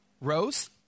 Rose